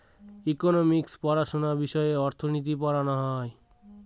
economics পড়াশোনা বিষয়ে অর্থনীতি পড়ানো হয়